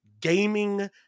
gaming